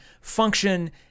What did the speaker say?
function